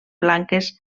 blanques